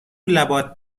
لبات